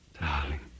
Darling